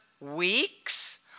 Weeks